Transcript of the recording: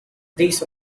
these